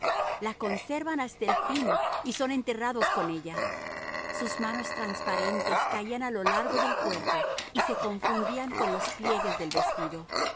la conservan hasta el fin y son enterrados con ella sus manos transparentes caían a lo largo del cuerpo y se confundían con los pliegues del vestido